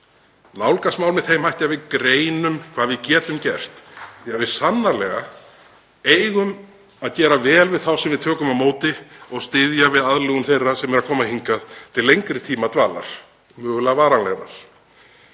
nálgast mál með þeim hætti að við greinum hvað við getum gert. Við eigum sannarlega að gera vel við þá sem við tökum á móti og styðja við aðlögun þeirra sem eru að koma hingað til lengri tíma dvalar, mögulega varanlegrar.